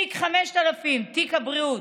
תיק 5000, תיק הבריאות.